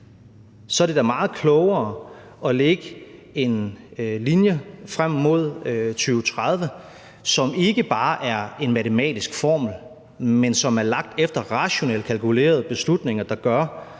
Så er det da meget klogere at lægge en linje frem mod 2030, som ikke bare er en matematisk formel, men som er lagt efter rationelt kalkulerede beslutninger, der gør,